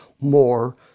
more